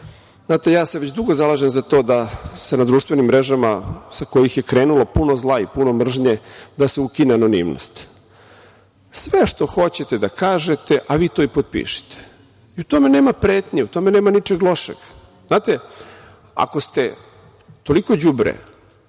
znate ja se već dugo zalažem za to da se na društvenim mrežama, sa kojih je krenulo puno zla i puno mržnje, da se ukine anonimnost. Sve što hoćete da kažete, vi to i potpišite i u tome nema pretnje, u tome nema ničeg lošeg. Znate, ako ste toliko đubre,